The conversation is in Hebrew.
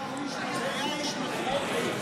אבא שלך היה איש,